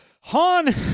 han